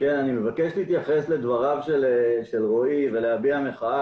אני מבקש להתייחס לדבריו של רועי ולהביע מחאה